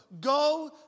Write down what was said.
go